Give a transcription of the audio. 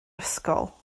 ysgol